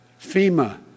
FEMA